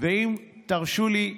אם תרשו לי,